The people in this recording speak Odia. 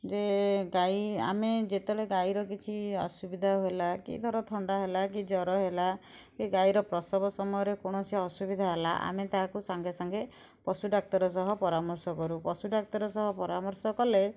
ଯେ ଗାଈ ଆମେ ଯେତେବେଳେ ଗାଈର କିଛି ଅସୁବିଧା ହେଲା କି ଧର ଥଣ୍ଡା ହେଲା କି ଜ୍ଵର ହେଲା ଏ ଗାଈର ପ୍ରସବ ସମୟରେ କୌଣସି ଅସୁବିଧା ହେଲା ଆମେ ତାକୁ ସାଙ୍ଗେ ସାଙ୍ଗେ ପଶୁ ଡାକ୍ତର ସହ ପରାମର୍ଶ କରୁ ପଶୁ ଡାକ୍ତର ସହ ପରାମର୍ଶ କଲେ